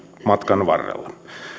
matkan varrella